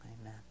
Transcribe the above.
Amen